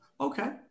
Okay